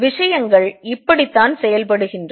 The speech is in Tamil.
விஷயங்கள் இப்படித்தான் செயல்படுகின்றன